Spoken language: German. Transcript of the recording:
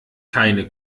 keine